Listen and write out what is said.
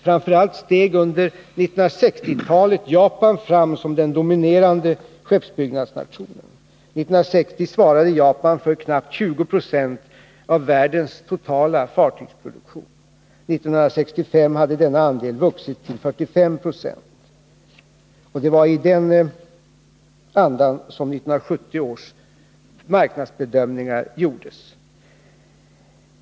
Framför allt steg under 1960-talet Japan fram som den dominerande skeppsbyggnadsnationen. År 1960 svarade Japan för knappt 20 26 av världens totala fartygsproduktion. År 1965 hade denna andel vuxit till 45 20. Det var mot den bakgrunden som 1970 års marknadsbedömningar gjordes.